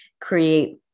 create